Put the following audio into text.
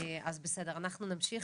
אז בסדר, אנחנו נמשיך.